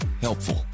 helpful